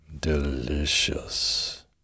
delicious